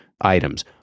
items